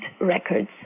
Records